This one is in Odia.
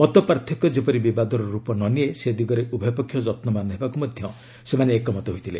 ମତପାର୍ଥକ୍ୟ ଯେପରି ବିବାଦର ରୂପ ନ ନିଏ ସେ ଦିଗରେ ଉଭୟ ପକ୍ଷ ଯତ୍ବାନ ହେବାକୁ ମଧ୍ୟ ସେମାନେ ଏକମତ ହୋଇଥିଲେ